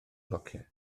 flociau